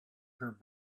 her